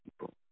people